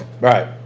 right